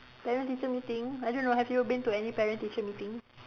parent teacher meeting I don't know have you been to any parent teacher meeting